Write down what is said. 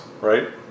right